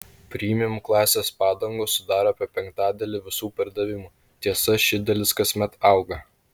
premium klasės padangos sudaro apie penktadalį visų pardavimų tiesa ši dalis kasmet auga